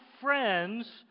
friends